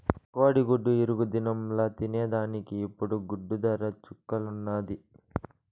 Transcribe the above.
కోడిగుడ్డు ఇగురు దినంల తినేదానికి ఇప్పుడు గుడ్డు దర చుక్కల్లున్నాది